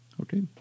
Okay